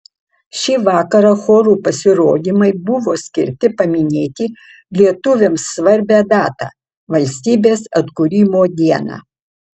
šį vakarą chorų pasirodymai buvo skirti paminėti lietuviams svarbią datą valstybės atkūrimo dieną